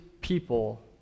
people